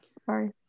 sorry